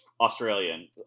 Australian